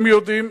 הם יודעים,